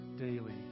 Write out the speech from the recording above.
daily